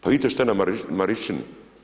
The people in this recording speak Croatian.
Pa vidite šta je na Marišćini.